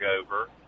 over